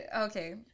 Okay